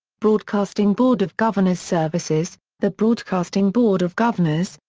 broadcasting board of governors services the broadcasting board of governors,